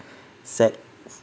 sec~